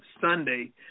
Sunday